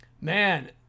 Man